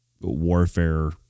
warfare